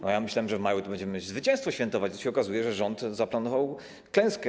No, ja myślałem, że w maju to będziemy zwycięstwo świętować, a tu się okazuje, że rząd zaplanował klęskę.